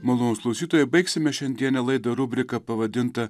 malonūs klausytojai baigsime šiandienę laidą rubrika pavadinta